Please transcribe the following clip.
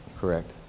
Correct